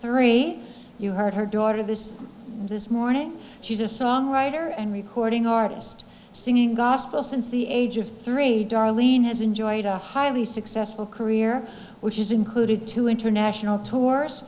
three you heard her daughter this this morning she's a songwriter and recording artist singing gospel since the age of three darlene has enjoyed a highly successful career which is included to international tour